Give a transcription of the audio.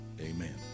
amen